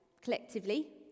collectively